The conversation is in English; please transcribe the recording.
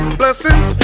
blessings